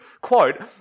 Quote